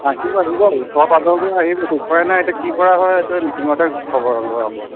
আহিব আহিব ওচৰ পাঁজৰবোৰে আহি গৈছে উপায় নাই এতিয়া কি কৰা হয় সেইটো মিটিঙতহে খবৰ লোৱা হ'ব